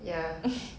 ya